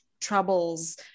troubles